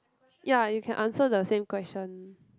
ya you can answer the same question